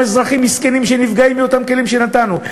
אזרחים מסכנים שנפגעים מאותם כלים שנתנו.